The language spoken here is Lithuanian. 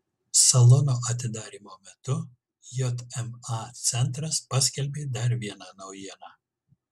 salono atidarymo metu jma centras paskelbė dar vieną naujieną